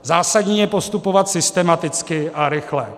Zásadní je postupovat systematicky a rychle.